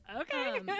Okay